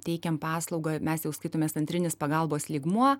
teikiam paslaugą mes jau skaitomės antrinis pagalbos lygmuo